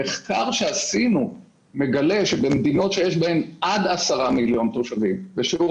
המחקר שעשינו מגלה שבמדינות שיש בהן עד עשרה מיליון תושבים ושיעור